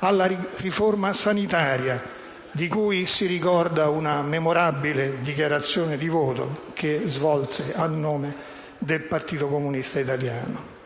alla riforma sanitaria, di cui si ricorda una memorabile dichiarazione di voto, che svolse a nome del Partito Comunista Italiano.